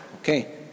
Okay